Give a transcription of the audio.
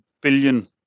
billion